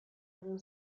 egin